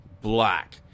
black